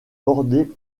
bordée